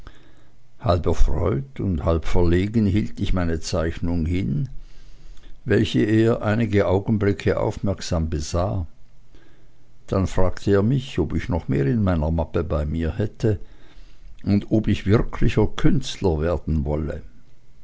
halb erfreut und halb verlegen hielt ich meine zeichnung hin welche er einige augenblicke aufmerksam besah dann fragte er mich ob ich noch mehr in meiner mappe bei mir hätte und ob ich wirklicher künstler werden wollte